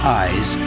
eyes